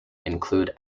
include